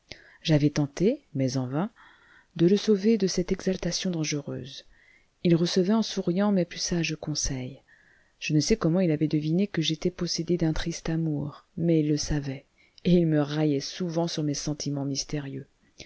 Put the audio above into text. j'avais tenté mais en vain de le sauver de cette exaltation dangereuse il recevait en souriant mes plus sages conseils je ne sais comment il avait deviné que j'étais possédé d'un triste amour mais il le savait et il me raillait souvent sur mes sentiments mystérieux